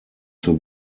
zur